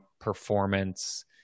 performance